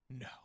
no